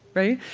right?